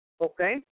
Okay